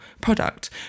product